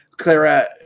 Clara